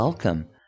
Welcome